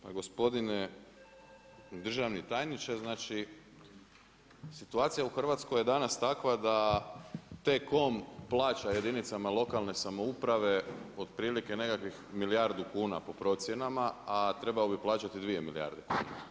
Pa gospodine državni tajniče, situacija u Hrvatskoj je danas takva da T-Com plaća jedinicama lokalne samouprave otprilike nekakvih milijardu kuna po procjenama, a trebao bi plaćati dvije milijarde kuna.